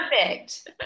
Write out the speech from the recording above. perfect